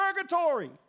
purgatory